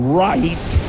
right